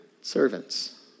servants